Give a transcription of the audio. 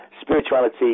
spirituality